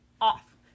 off